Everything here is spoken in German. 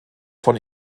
von